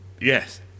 Yes